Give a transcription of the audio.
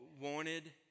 wanted